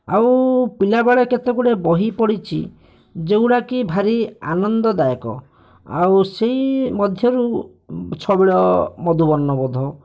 ଆଉ ପିଲାବେଳେ କେତେଗୁଡ଼ିଏ ବହି ପଢ଼ିଛି ଯେଉଁଗୁଡ଼ିକ ଭାରି ଆନନ୍ଦଦାୟକ ଆଉ ସେହି ମଧ୍ୟରୁ ଛବିଳ ମଧୁ ବର୍ଣ୍ଣବୋଧ